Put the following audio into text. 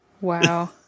Wow